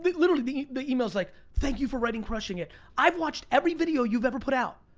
but literally, the the email's like, thank you for writing crushing it i've watched every video you've ever put out,